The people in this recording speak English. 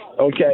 okay